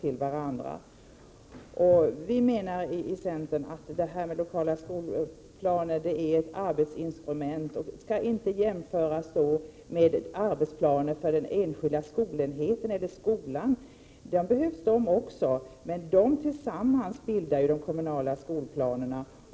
Inom centern menar vi att lokala skolplaner är ett arbetsinstrument som inte skall jämföras med arbetsplaner för den enskilda skolenheten eller skolan. De behövs de också, men tillsammans bildar ju dessa de kommunala skolplanerna.